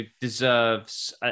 deserves